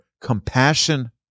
compassion